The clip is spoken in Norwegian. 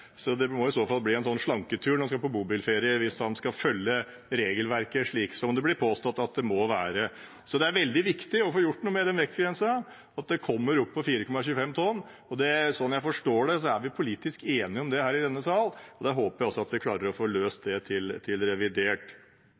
skal følge regelverket slik som det blir påstått at det må være. Så det er veldig viktig å få gjort noe med den vektgrensa, og at den kommer opp på 4,25 tonn – og sånn jeg forstår det, er vi politisk enige om det her i denne sal. Da håper jeg også at vi klarer å få løst det til revidert.